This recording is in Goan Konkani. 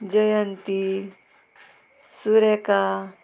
जयंती सुरेका